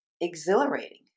exhilarating